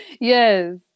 Yes